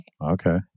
Okay